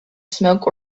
smoke